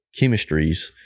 chemistries